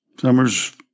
summer's